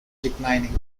declining